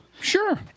Sure